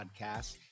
podcast